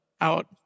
out